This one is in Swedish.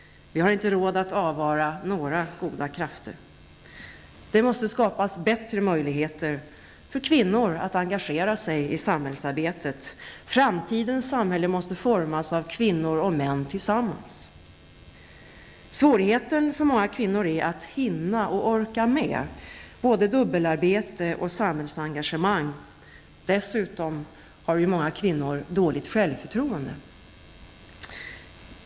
Vi har inte råd att avvara några goda krafter. Det måste skapas bättre möjligheter för kvinnor att engagera sig i samhällsarbetet. Framtidens samhälle måste formas av kvinnor och män tillsammans. Svårigheten för många kvinnor är att hinna och orka med både dubbelarbete och samhällsengagemang. Dessutom har många kvinnor dåligt självförtroende.